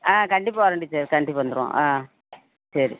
ஆ கண்டிப்பாக வரேன் டீச்சர் கண்டிப்பாக வந்துடுவான் ஆ சரி